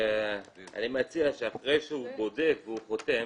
מציע שאחרי שהוא בודק וחותם,